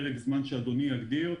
פרק זמן שאדוני יגדיר,